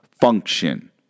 function